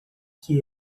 que